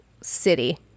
city